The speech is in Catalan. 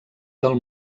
del